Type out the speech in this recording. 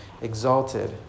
exalted